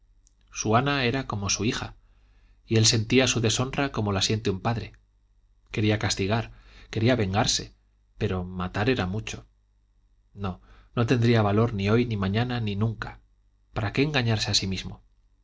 ana era como su hija y él sentía su deshonra como la siente un padre quería castigar quería vengarse pero matar era mucho no no tendría valor ni hoy ni mañana ni nunca para qué engañarse a sí mismo